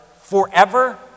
forever